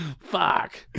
Fuck